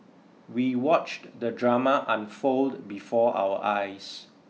we watched the drama unfold before our eyes